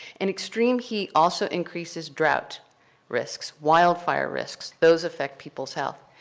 and extreme heat also increases drought risks, wildfire risks. those affect people's health.